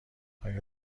آیا